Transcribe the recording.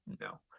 No